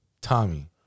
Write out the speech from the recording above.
Tommy